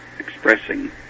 expressing